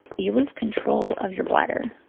you lose control of your bladder.